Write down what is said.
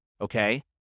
Okay